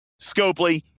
Scopely